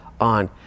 on